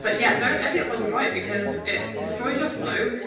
but yeah, don't edit while you write because it destroys your flow,